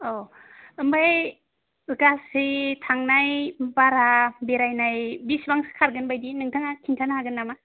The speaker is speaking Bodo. औ ओमफ्राय गासै थांनाय भारा बेरायनाय बिसिबांसो खारगोन बादि नोंथाहा खिन्थानो हागोन नामा